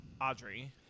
Audrey